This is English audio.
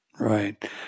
Right